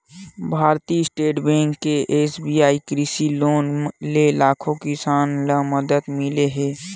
भारतीय state bank के SBI कृषि लोन ले लाखो किसान ल मदद मिले हे